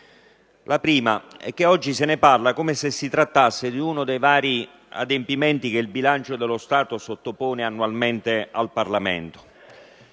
La prima è che oggi se ne parla come se si trattasse di uno dei vari adempimenti che l'esame del bilancio dello Stato sottopone annualmente al Parlamento,